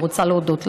אני רוצה להודות לך.